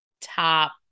top